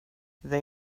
they